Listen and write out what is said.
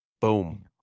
Boom